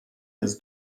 his